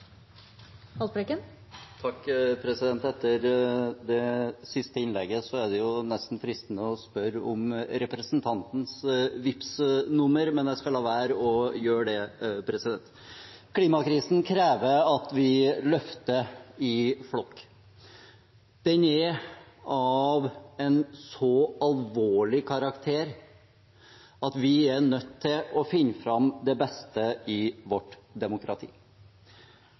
det nesten fristende å spørre om representantens Vipps-nummer, men jeg skal la være å gjøre det. Klimakrisen krever at vi løfter i flokk. Den er av en så alvorlig karakter at vi er nødt til å finne fram det beste i vårt demokrati.